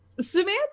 samantha